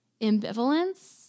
ambivalence